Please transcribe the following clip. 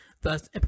thus